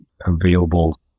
available